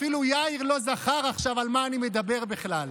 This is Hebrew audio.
אפילו יאיר לא זכר עכשיו על מה אני מדבר בכלל,